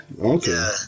Okay